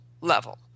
level